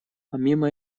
помимо